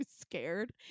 scared